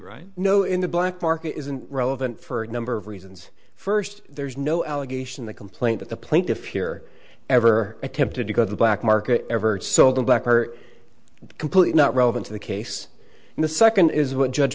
right know in the black market isn't relevant for a number of reasons first there's no allegation the complaint that the plaintiffs here ever attempted to go to the black market ever sold them back are completely not relevant to the case and the second is what judge